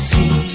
See